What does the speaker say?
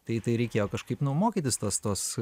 tai tai reikėjo kažkaip nu mokytis tos tos